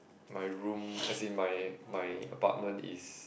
my room as in my my apartment is